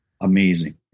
amazing